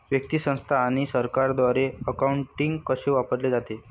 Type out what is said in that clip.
व्यक्ती, संस्था आणि सरकारद्वारे अकाउंटिंग कसे वापरले जाते